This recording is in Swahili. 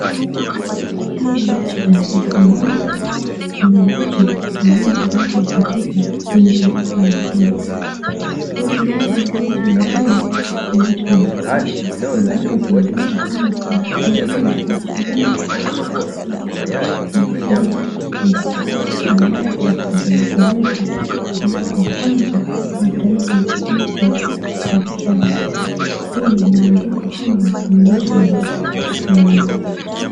Hizi ni noti la elfu moja na ni noti yanayotumika katika nchi la Kenya. Noti hili ni noti ambalo ni noti la kisasa na ambapo tunapata kwamba imechorewa, tumechorewa rais wetu mstaafu hayati Jomo Kenyatta, rais wa kwanza wa taifa letu la Kenya. Na pia imeandikwa kwamba ni noti la elfu moja.